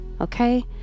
Okay